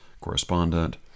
correspondent